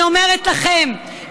אני אומרת לכם,